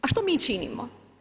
A što mi činimo?